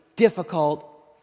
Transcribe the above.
Difficult